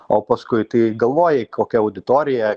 o paskui tai galvoji kokia auditorija